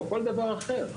או כל דבר אחר.